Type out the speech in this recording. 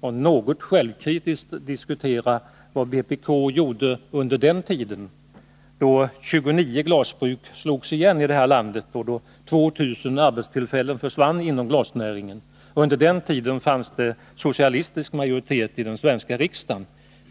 har hon ju anledning att något självkritiskt diskutera vad vpk gjorde under den tid då 29 glasbruk slogs igen i det här landet och då 2 000 arbetstillfällen försvann inom glasnäringen. Under den tiden fanns det socialistisk majoritet i den svenska riksdagen.